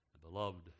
Beloved